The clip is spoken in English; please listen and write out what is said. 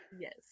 Yes